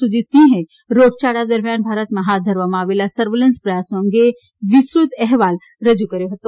સુજીત સિંહે રોગચાળા દરમિયાન ભારતમાં હાથ ધરવામાં આવેલા સર્વેલન્સ પ્રયાસો અંગે વિસ્તૃત અહેવાલ રજૂ કર્યો હતો